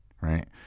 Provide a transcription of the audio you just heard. right